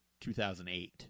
2008